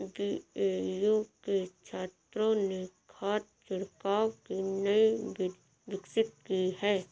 BAU के छात्रों ने खाद छिड़काव की नई विधि विकसित की है